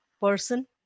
person